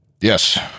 Yes